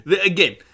Again